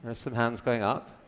and some hands going up.